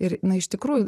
ir na iš tikrųjų